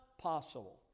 possible